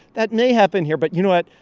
that may happen here, but you know what?